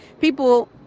people